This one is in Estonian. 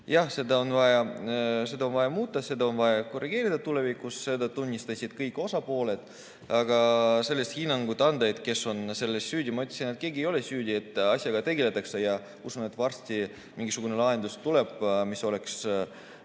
arust. Jah, seda on vaja muuta, seda on vaja korrigeerida tulevikus, seda tunnistasid kõik osapooled. Aga sellist hinnangut anda, et kes on selles süüdi ... Ma ütlesin, et keegi ei ole süüdi, asjaga tegeldakse ja usun, et varsti mingisugune lahendus tuleb, mis